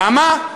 למה?